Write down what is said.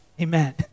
Amen